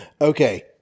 Okay